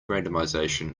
randomization